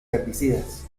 herbicidas